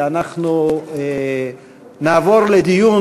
ואנחנו נעבור לדיון.